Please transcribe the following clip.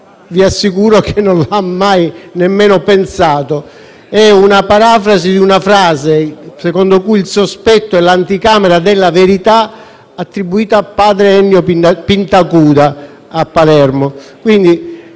Vi assicuro che non lo ha mai nemmeno pensato. Si tratta della parafrasi di una frase secondo cui il sospetto è l'anticamera della verità, attribuita a Padre Ennio Pintacuda a Palermo.